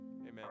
Amen